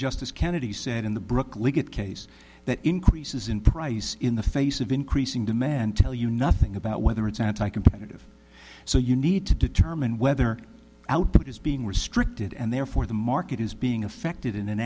justice kennedy said in the brooklet case that increases in price in the face of increasing demand tell you nothing about whether it's anti competitive so you need to determine whether output is being restricted and therefore the market is being affected in an